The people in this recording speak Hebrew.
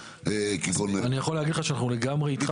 אני יכול להגיד לך שאנחנו לגמרי איתך.